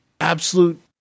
absolute